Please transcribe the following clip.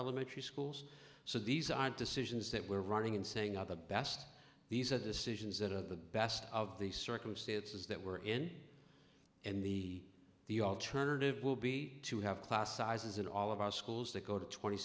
elementary schools so these are decisions that we're running in saying are the best these are decisions that are the best of the circumstances that were in and the the alternative will be to have class sizes in all of our schools to go to twenty